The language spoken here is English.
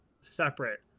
separate